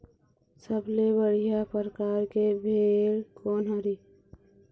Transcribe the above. सबले बढ़िया परकार के भेड़ कोन हर ये?